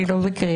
אני לא בקריאה.